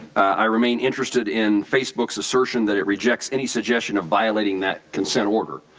i remain interested in facebook's assertion that it rejects any suggestions of violating that consent order.